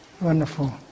Wonderful